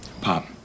Pop